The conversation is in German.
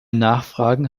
nachfragen